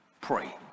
pray